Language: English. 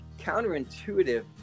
counterintuitive